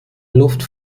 luft